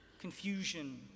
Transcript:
Confusion